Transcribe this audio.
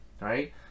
right